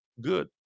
good